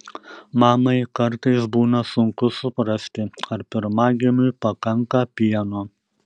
mamai kartais būna sunku suprasti ar pirmagimiui pakanka pieno